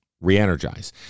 Re-energize